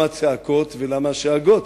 דמוקרטיה, וצריך